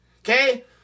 Okay